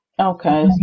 Okay